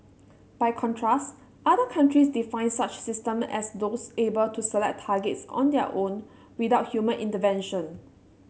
by contrast other countries define such system as those able to select targets on their own without human intervention